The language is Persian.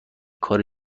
کار